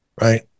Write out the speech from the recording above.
right